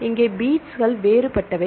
இங்கே பீட்ஸ்கள் வேறுபட்டவை